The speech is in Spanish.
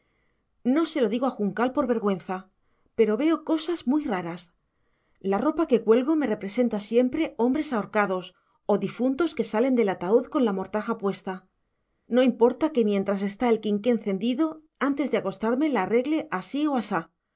no se lo digo a juncal por vergüenza pero veo cosas muy raras la ropa que cuelgo me representa siempre hombres ahorcados o difuntos que salen del ataúd con la mortaja puesta no importa que mientras está el quinqué encendido antes de acostarme la arregle así o asá